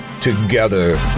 together